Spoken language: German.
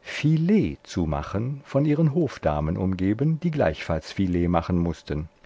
filet zu machen von ihren hofdamen umgeben die gleichfalls filet machen mußten